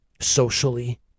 socially